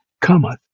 cometh